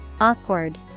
awkward